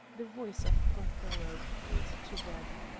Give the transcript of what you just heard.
the voice of prothero called to them.